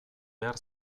behar